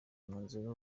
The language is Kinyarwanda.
umwanzuro